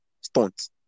stunts